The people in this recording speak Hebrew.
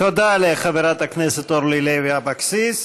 תודה לחברת הכנסת אורלי לוי אבקסיס.